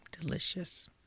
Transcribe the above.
delicious